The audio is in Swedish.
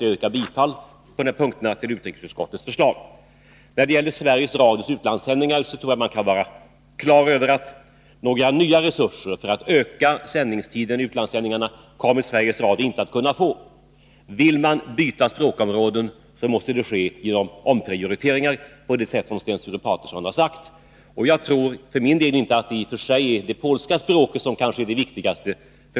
Jag yrkar bifall till utskottets förslag på dessa punkter. Vad beträffar Sveriges Radios utlandssändningar tror jag att man skall vara klar över att några nya resurser för att öka sändningstiden för utlandsprogrammen kommer Sveriges Radio inte att kunna få. Vill man byta språkområden, måste det ske genom omprioriteringar på det sätt som Sten Sture Paterson har nämnt. Jag tror för min del inte att det polska språket i och för sig är viktigast.